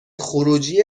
خروجی